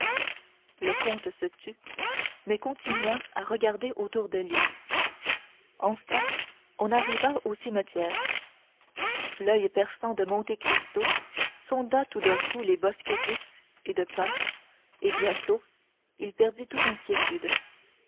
le comte se tut mais continua à regarder autour de lui enfin on arriva au cimetière l'oeil perçant de monte cristo sonda tout d'un coup les bosquets d'ifs et de pins et bientôt il perdit toute inquiétude